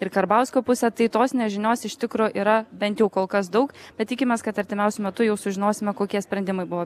ir karbauskio pusę tai tos nežinios iš tikro yra bent jau kol kas daug bet tikimės kad artimiausiu metu jau sužinosime kokie sprendimai buvo